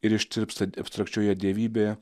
ir ištirpsta abstrakčioje dievybėje